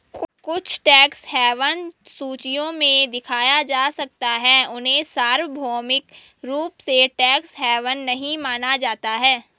कुछ tax haven सूचियों में दिखाया जा सकता है, उन्हें सार्वभौमिक रूप से टैक्स हेवन नहीं माना जाता है